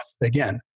again